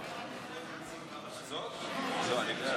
להלן תוצאות ההצבעה: 35 בעד,